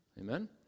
Amen